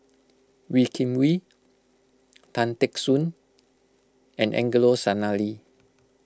Wee Kim Wee Tan Teck Soon and Angelo Sanelli